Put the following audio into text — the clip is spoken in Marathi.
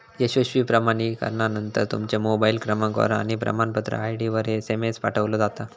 यशस्वी प्रमाणीकरणानंतर, तुमच्या मोबाईल क्रमांकावर आणि प्रमाणपत्र आय.डीवर एसएमएस पाठवलो जाता